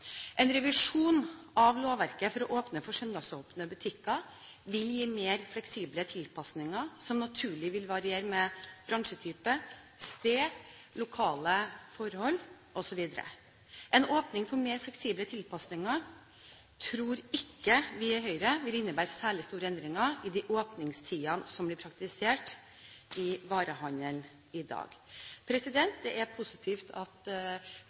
En revisjon av lovverket for å åpne for søndagsåpne butikker vil gi mer fleksible tilpasninger som naturlig vil variere med bransjetype, sted, lokale forhold osv. En åpning for mer fleksible tilpasninger tror ikke vi i Høyre vil innebære særlig store endringer i de åpningstidene som blir praktisert i varehandelen i dag. Det er positivt at